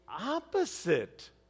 opposite